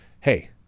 hey